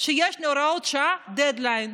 שיש להוראת שעה דדליין,